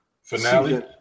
Finale